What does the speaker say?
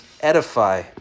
edify